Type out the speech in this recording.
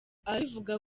ababivuga